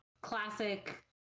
classic